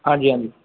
ਹਾਂਜੀ ਹਾਂਜੀ